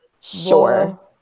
sure